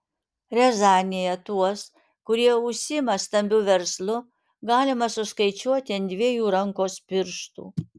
riazanėje tuos kurie užsiima stambiu verslu galima suskaičiuoti ant dviejų rankos pirštų